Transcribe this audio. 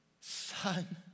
Son